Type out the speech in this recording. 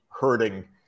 hurting